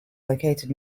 located